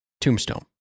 Tombstone